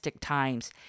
times